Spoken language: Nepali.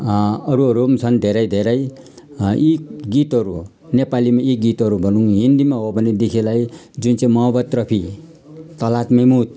अरूहरू पनि छन् धेरै धेरै यी गीतहरू नेपालीमा यी गीतहरू भनौँ हिन्दीमा हो भनेदेखिलाई जुन चाहिँ मोहम्मद रफी तलत मेहमुद